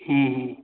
ହୁଁ ହୁଁ